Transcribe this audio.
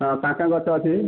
ହଁ କାଏଁ କାଏଁ ଗଛ ଅଛି